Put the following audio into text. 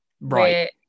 Right